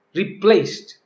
replaced